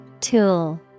Tool